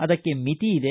ಅದಕ್ಕೆ ಮಿತಿ ಇದೆ